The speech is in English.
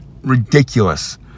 ridiculous